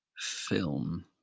film